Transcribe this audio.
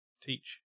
teach